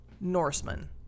Norseman